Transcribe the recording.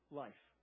life